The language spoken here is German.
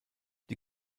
die